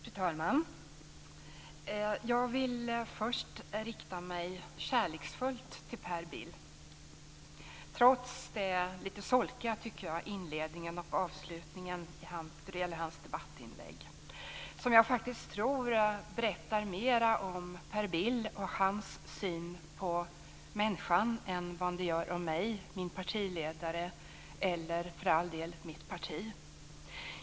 Fru talman! Jag vill först rikta mig kärleksfullt till Per Bill, trots den lite solkiga inledningen och avslutningen på hans debattinlägg. Jag tror faktiskt att det berättar mera om Per Bill och hans syn på människan än om mig, min partiledare eller för all del mitt parti.